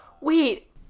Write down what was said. Wait